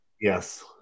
Yes